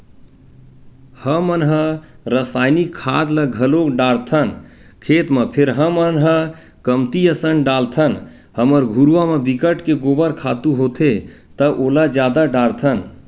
हमन ह रायसायनिक खाद ल घलोक डालथन खेत म फेर हमन ह कमती असन डालथन हमर घुरूवा म बिकट के गोबर खातू होथे त ओला जादा डारथन